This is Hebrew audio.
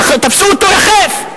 תפסו אותו יחף.